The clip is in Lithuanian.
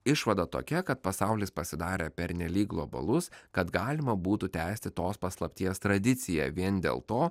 išvada tokia kad pasaulis pasidarė pernelyg globalus kad galima būtų tęsti tos paslapties tradiciją vien dėl to